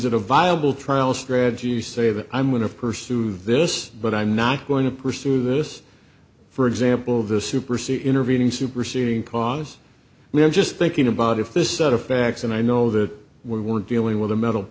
it a viable trial strategy say that i'm going to pursue this but i'm not going to pursue this for example the super city intervening superseding cause we're just thinking about if this set of facts and i know that we were dealing with a mental